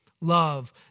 love